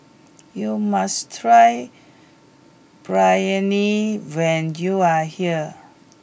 you must try Biryani when you are here